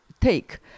take